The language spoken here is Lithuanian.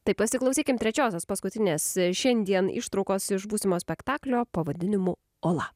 tai pasiklausykim trečiosios paskutinės šiandien ištraukos iš būsimo spektaklio pavadinimu ola